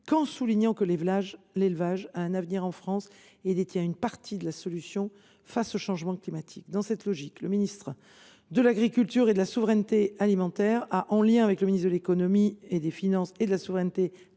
qu’en soulignant que l’élevage a un avenir en France et détient une partie de la solution face au changement climatique. Dans cette logique, le ministre de l’agriculture et de la souveraineté alimentaire a annoncé, en lien avec le ministre de l’économie, des finances et de la souveraineté industrielle